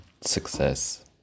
success